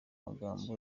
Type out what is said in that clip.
magambo